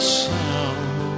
sound